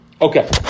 Okay